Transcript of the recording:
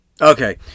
Okay